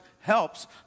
Helps